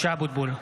(קורא בשמות חברי הכנסת) משה אבוטבול,